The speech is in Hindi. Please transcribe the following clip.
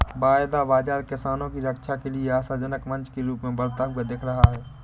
वायदा बाजार किसानों की रक्षा के लिए आशाजनक मंच के रूप में बढ़ता हुआ दिख रहा है